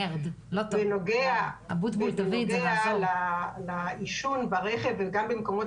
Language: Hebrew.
בנוגע לעישון ברכב, זה נקרא